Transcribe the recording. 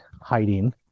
hiding